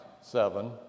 seven